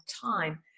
time